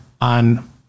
on